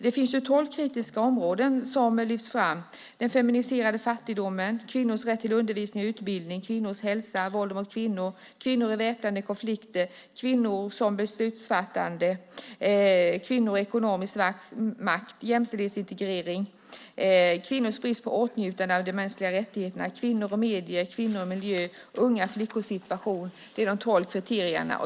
Det finns tolv kritiska områden som lyfts fram, nämligen den feminiserade fattigdomen, kvinnors rätt till undervisning och utbildning, kvinnors hälsa, våld mot kvinnor, kvinnor i väpnade konflikter, kvinnor som beslutsfattare, kvinnor med ekonomisk makt, jämställdhetsintegrering, kvinnors brist på åtnjutande av de mänskliga rättigheterna, kvinnor och medier, kvinnor och miljö och unga flickors situation.